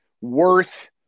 worth